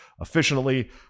efficiently